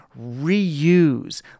reuse